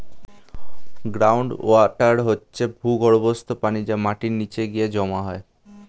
ground water মানে হচ্ছে ভূগর্ভস্থ পানি যা মাটির নিচে গিয়ে জমা হয়